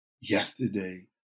yesterday